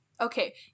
Okay